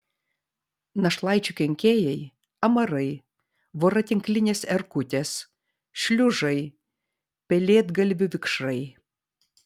našlaičių kenkėjai amarai voratinklinės erkutės šliužai pelėdgalvių vikšrai